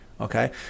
Okay